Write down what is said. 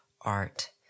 art